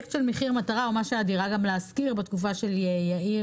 שהפרויקט של מחיר מטרה היה גם דירה להשכיר בתקופות הקודמות,